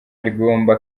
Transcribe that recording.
rigomba